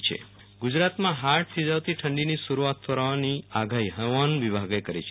વિરલ રાણા ગુજરાતમાં હાડ થીજવતી ઠંડીની શરૂઆત થવાની આગાહી હવામાન વિભાગે કરી છે